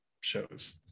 shows